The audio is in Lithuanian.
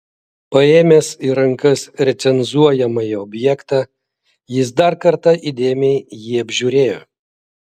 paėmęs į rankas recenzuojamąjį objektą jis dar kartą įdėmiai jį apžiūrėjo